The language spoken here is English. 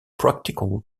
practical